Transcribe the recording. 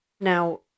Now